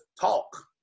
talk